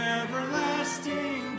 everlasting